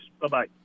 Bye-bye